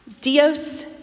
Dios